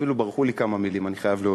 אפילו ברחו לי כמה מילים, אני חייב להודות.